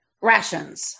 rations